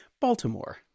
Baltimore